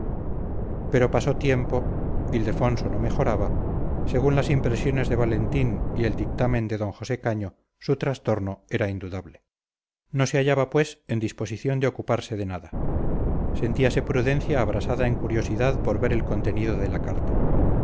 pero pasó tiempo ildefonso no mejoraba según las impresiones de valentín y el dictamen de d josé caño su trastorno era indudable no se hallaba pues en disposición de ocuparse de nada sentíase prudencia abrasada en curiosidad por ver el contenido de la carta